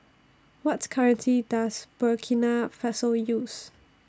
What currency Does Burkina Faso use